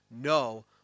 No